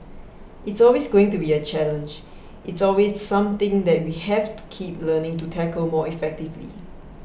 it's always going to be a challenge it's always something that we have to keep learning to tackle more effectively